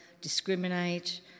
discriminate